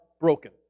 broken